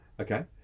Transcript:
okay